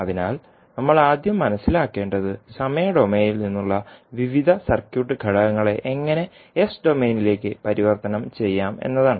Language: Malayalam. അതിനാൽ നമ്മൾ ആദ്യം മനസിലാക്കേണ്ടത് സമയ ഡൊമെയ്നിൽ നിന്നുള്ള വിവിധ സർക്യൂട്ട് ഘടകങ്ങളെ എങ്ങനെ എസ് ഡൊമെയ്നിലേക്ക് പരിവർത്തനം ചെയ്യാമെന്നതാണ്